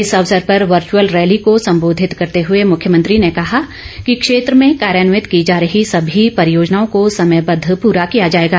इस अवसर पर वर्चअल रैली को सम्बोधित करते हुए मुख्यमंत्री ने कहा कि क्षेत्र में कार्यान्वित की जा रही सभी परियोजनाओं को समयबद्ध पूरा किया जाएगा